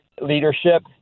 leadership